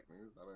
news